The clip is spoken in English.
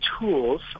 tools